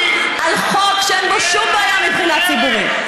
על חוק שאין בו שום בעיה מבחינה ציבורית.